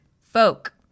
Folk